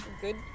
Good